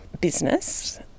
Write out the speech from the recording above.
business